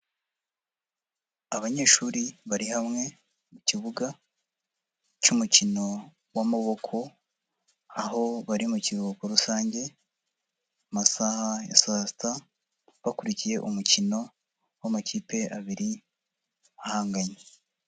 Abanyeshuri bari hamwe mu kibuga cy'umukino w'amaboko, aho bari mu kiruhuko rusange masaha ya saa sita bakurikiye umukino w'amakipe abiri ahanganye.